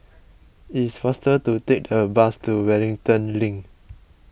it is faster to take a bus to Wellington Link